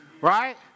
right